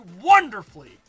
wonderfully